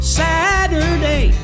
saturday